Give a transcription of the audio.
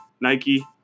nike